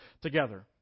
together